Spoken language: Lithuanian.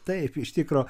taip iš tikro